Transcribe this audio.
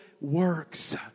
works